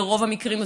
ברוב המקרים,